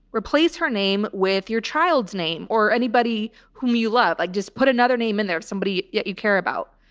replaced her name with your child's name or anybody whom you love, like just put another name in there, somebody you care about,